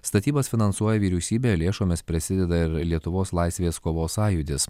statybas finansuoja vyriausybė lėšomis prisideda ir lietuvos laisvės kovos sąjūdis